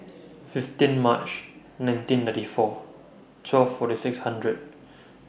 fifteen March nineteen ninety four twelve forty six hundred